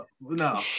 No